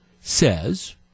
says